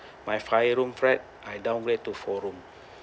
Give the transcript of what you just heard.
my five room flat I downgrade to four room